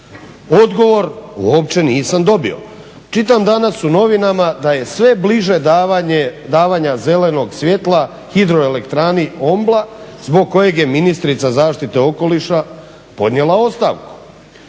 Odgovor uopće nisam dobio. Čitam danas u novinama da je sve bliže davanja zelenog svjetla hidroelektrani Ombla zbog kojeg je ministrica zaštite okoliša podnijela ostavku.